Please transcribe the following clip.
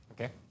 Okay